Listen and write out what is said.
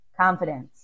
confidence